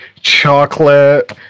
chocolate